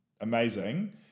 amazing